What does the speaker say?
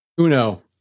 Uno